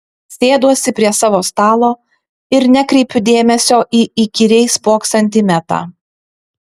sėduosi prie savo stalo ir nekreipiu dėmesio į įkyriai spoksantį metą